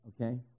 okay